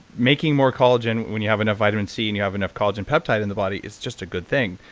making more collagen when you have enough vitamin c and you have enough collagen peptide in the body is just a good thing.